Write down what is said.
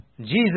Jesus